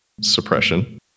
Suppression